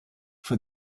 for